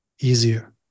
easier